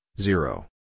zero